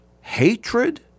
hatred